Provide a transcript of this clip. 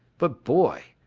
but boy,